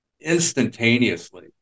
instantaneously